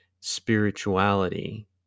spirituality